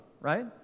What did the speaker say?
right